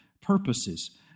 purposes